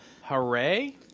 Hooray